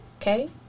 okay